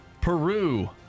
Peru